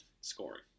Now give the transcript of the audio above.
scoring